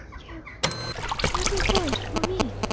you you have a warrant for me!